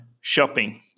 shopping